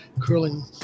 curling